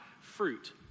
fruit